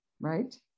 right